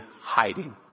hiding